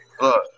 Look